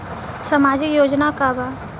सामाजिक योजना का बा?